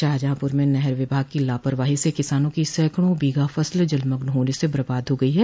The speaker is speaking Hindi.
शाहजहांपुर में नहर विभाग की लापरवाही से किसानों की सैकड़ो ं बीघा फसल जलमग्न होने से बर्बाद हो गयी है